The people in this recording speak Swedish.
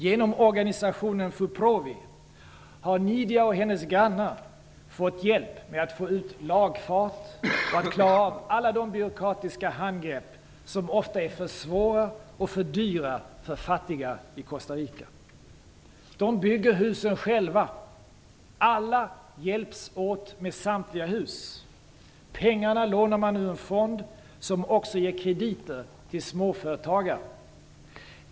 Genom organisationen Fuprovi har Nidia och hennes grannar fått hjälp med att få ut lagfart och att klara av alla de byråkratiska handgrepp som ofta är för svåra och för dyra för fattiga i Costa Rica. De bygger husen själva. Alla hjälps åt med samtliga hus. Pengarna lånar man ur en fond, som också ger krediter till småföretagare.